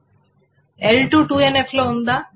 L2 2 NF లో ఉందా